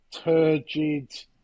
turgid